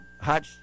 hot